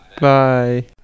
Bye